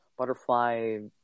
Butterfly